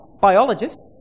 biologists